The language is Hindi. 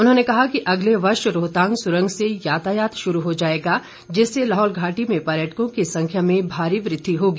उन्होंने कहा कि अगले वर्ष रोहतांग सुरंग से यातायात शुरू हो जाएगा जिससे लाहौल घाटी में पर्यटकों की संख्या में भारी वृद्धि होगी